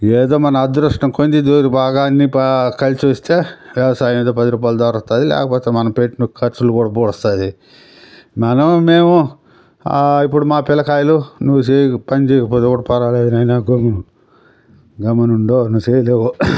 ఏదో మన అదృష్టం ఇదివరకు బాగా అన్ని ప కలిసి వస్తే వ్యవసాయంలో పది రూపాయలు దొరుకుతాయి లేకపోతే మనం పెట్టిన ఖర్చులు కూడా పూడుస్తుంది మనం మేము ఇప్పుడు మా పిల్లకాయలు నువ్వు చెయ్యకు పని చెయ్యకపోయినా పర్వాలేదు నాయనా గమ్ము గమ్మునుండు నువ్వు చెయ్యలేవు